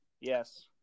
Yes